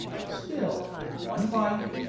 still, one might,